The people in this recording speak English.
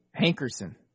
Hankerson